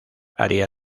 haría